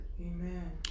amen